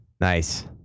nice